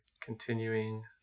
continuing